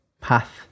path